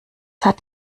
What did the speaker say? hat